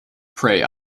prey